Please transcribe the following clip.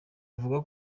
avuga